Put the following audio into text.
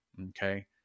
Okay